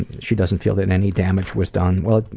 she doesn't feel that any damage was done. well,